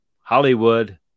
Hollywood